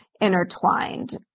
intertwined